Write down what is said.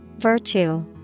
Virtue